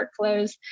workflows